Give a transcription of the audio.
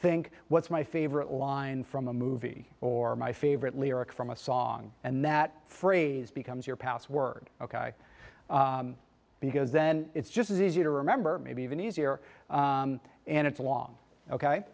think what's my favorite line from a movie or my favorite lyric from a song and that phrase becomes your password ok because then it's just as easy to remember maybe even easier and it's along ok